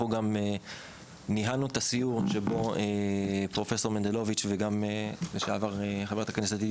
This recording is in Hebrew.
אנחנו גם ניהלנו את הסיור שבו פרופסור מנדלוביץ' וגם חברת הכנסת דאז